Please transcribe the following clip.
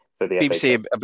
BBC